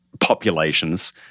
populations